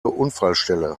unfallstelle